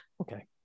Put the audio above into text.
Okay